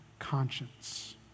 conscience